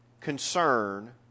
concern